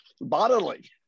bodily